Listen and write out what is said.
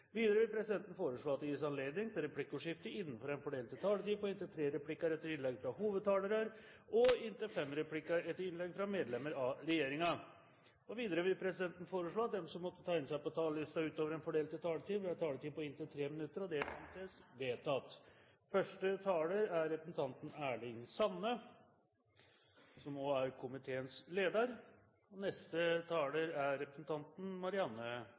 Videre vil presidenten foreslå at det gis anledning til replikkordskifte på inntil tre replikker med svar etter innlegg fra hovedtalerne for hvert parti og inntil fem replikker med svar etter innlegg fra medlemmer av regjeringen innenfor den fordelte taletid. Videre vil presidenten foreslå at de som måtte tegne seg på talerlisten utover den fordelte taletid, får en taletid på inntil 3 minutter. – Det anses vedtatt. Ei av overskriftene for budsjettdebatten for neste års statbudsjett innafor områda energi og